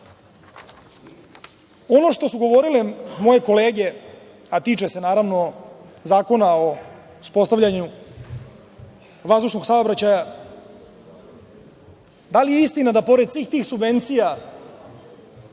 što su govorile moje kolege a tiče se naravno Zakona o uspostavljanju vazdušnog saobraćaja, da li je istina da pored svih tih subvencija